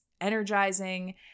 energizing